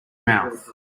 mouth